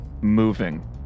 moving